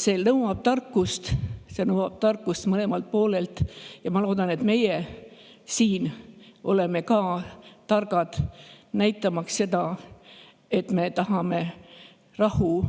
see nõuab tarkust mõlemalt poolelt. Ma loodan, et meie siin oleme ka targad, näitamaks, et me tahame endale